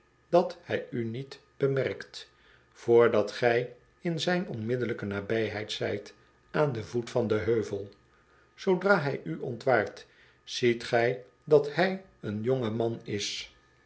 dat hy u niet bemerkt vrdat gij in zijn onmiddellijke nabijheid zijt aan den voet van den heuvel zoodra hy u ontwaart ziet gy dat hij een jonge man is